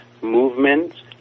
movements